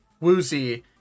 woozy